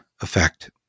effect